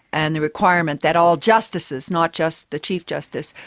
and the requirement that all justices, not just the chief justice,